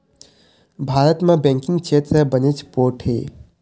भारत म बेंकिंग छेत्र ह बनेच पोठ हे